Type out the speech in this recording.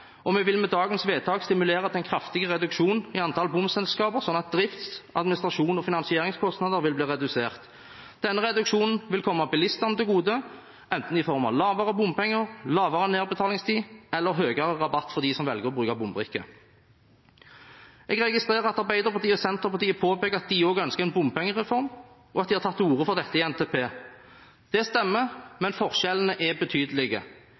bompenger. Vi vil med dagens vedtak stimulere til en kraftig reduksjon i antall bomselskaper, slik at drifts-, administrasjons- og finansieringskostnader vil bli redusert. Denne reduksjonen vil komme bilistene til gode, enten i form av mindre bompenger, kortere nedbetalingstid eller høyere rabatt for dem som velger å bruke bombrikke. Jeg registrerer at Arbeiderpartiet og Senterpartiet påpeker at de også ønsker en bompengereform, og at de har tatt til orde for dette i NTP. Det stemmer, men forskjellene er betydelige.